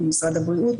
ממשרד הבריאות,